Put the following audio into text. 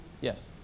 Yes